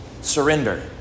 surrender